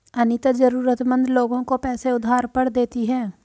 अनीता जरूरतमंद लोगों को पैसे उधार पर देती है